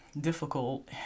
difficult